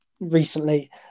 recently